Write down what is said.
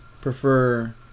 prefer